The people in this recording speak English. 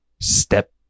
step